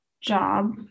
job